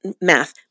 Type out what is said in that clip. math